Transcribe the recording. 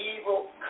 evil